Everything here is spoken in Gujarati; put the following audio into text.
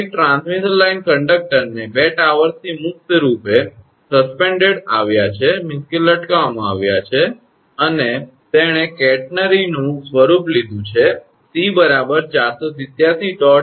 એક ટ્રાન્સમિશન લાઇન કંડક્ટર ને બે ટાવર્સથી મુક્ત રૂપે લટકાવવામાં આવ્યા છે અને તેણે કેટરનરીનું સ્વરૂપ લીધું છે 𝑐 487